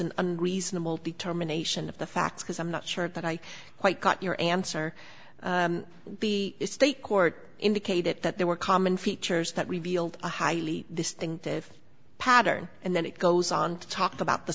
an unreasonable determination of the facts because i'm not sure that i quite got your answer the state court indicated that there were common features that revealed a highly this thing the pattern and then it goes on to talk about the